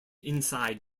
inside